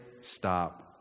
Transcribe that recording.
stop